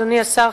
אדוני השר,